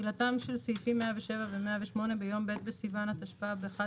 "(א)תחילתם של סעיפים 107 ו-108 ביום ב' בסיון התשפ"ב (1